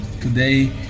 today